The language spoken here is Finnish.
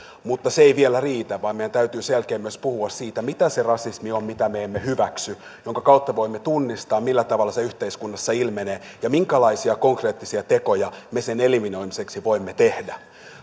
mutta se ei vielä riitä vaan meidän täytyy sen jälkeen myös puhua siitä mitä on se rasismi mitä me emme hyväksy minkä kautta voimme tunnistaa millä tavalla se yhteiskunnassa ilmenee ja minkälaisia konkreettisia tekoja me sen eliminoimiseksi voimme tehdä